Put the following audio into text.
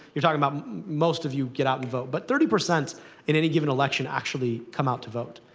you're talking about most of you get out and vote, but thirty percent in any given election actually come out to vote.